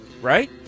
right